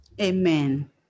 Amen